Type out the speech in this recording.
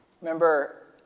Remember